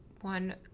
one